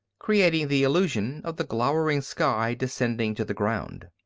creating the illusion of the glowering sky descending to the ground.